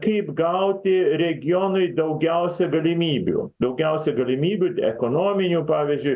kaip gauti regionui daugiausia galimybių daugiausia galimybių ekonominių pavyzdžiui